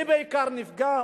מי בעיקר נפגע?